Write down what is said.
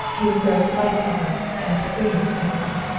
he was very polite to her, and extremely cynical.